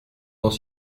dans